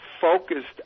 focused